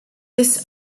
this